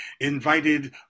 invited